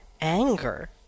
Anger